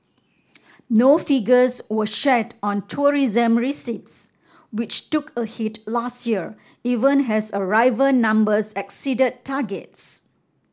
no figures were shared on tourism receipts which took a hit last year even has arrival numbers exceeded targets